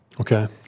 Okay